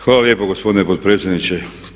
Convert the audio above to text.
Hvala lijepo gospodine potpredsjedniče.